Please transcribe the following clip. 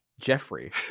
Jeffrey